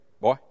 boy